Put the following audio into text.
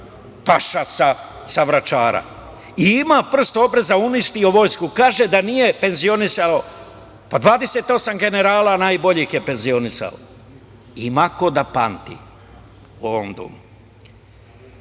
Paša sa Vračara. I ima prst obraza, uništio vojsku, kaže da nije penzionisao, a 28 generala najboljih je penzionisao. Ima ko da pamti u ovom domu. Idemo